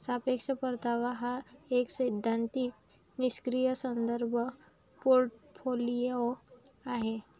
सापेक्ष परतावा हा एक सैद्धांतिक निष्क्रीय संदर्भ पोर्टफोलिओ आहे